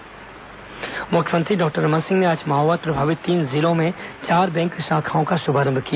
मुख्यमंत्री बैंक शाखा मुख्यमंत्री डॉक्टर रमन सिंह ने आज माओवाद प्रभावित तीन जिलों में चार बैंक शाखाओं का शुभारंभ किया